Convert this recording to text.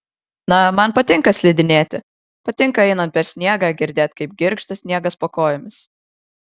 na man patinka slidinėti patinka einant per sniegą girdėt kaip girgžda sniegas po kojomis